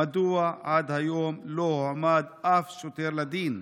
1. מדוע עד היום לא הועמד אף שוטר לדין?